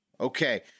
Okay